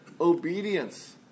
obedience